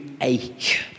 ache